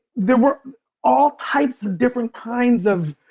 there were all types of different kinds of